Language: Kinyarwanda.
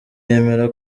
yemera